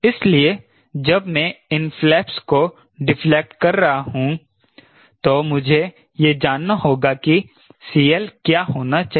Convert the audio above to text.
इसलिए जब मैं इन फ्लैप्स को डिफ्लेक्ट कर रहा हूं तो मुझे यह जानना होगा कि CL क्या होना चाहिए